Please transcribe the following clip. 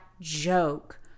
joke